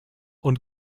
und